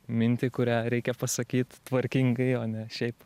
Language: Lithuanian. mintį kurią reikia pasakyt tvarkingai o ne šiaip